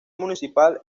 municipal